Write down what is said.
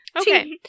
Okay